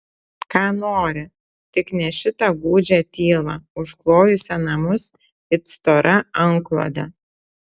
ką nori tik ne šitą gūdžią tylą užklojusią namus it stora antklode